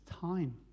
time